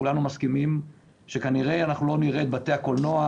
כולנו מסכימים שכנראה אנחנו לא נראה את בתי הקולנוע,